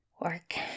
Work